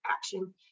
action